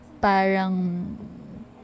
parang